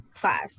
class